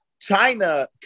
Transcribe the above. China